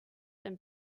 and